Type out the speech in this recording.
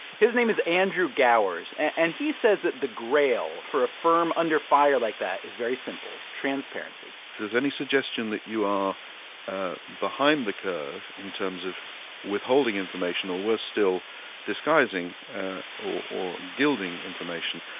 his name is andrew gowers, and he says that the grail for a firm under fire like that is very simple transparency if there's any suggestion that you are ah behind the curve in terms of withholding information, or worse, still disguising or gilding information,